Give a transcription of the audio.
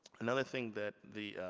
another thing that the